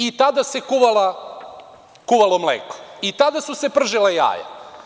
I tada se kuvalo mleko, i tada su se pržila jaja.